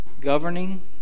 governing